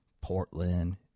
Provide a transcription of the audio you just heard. Portland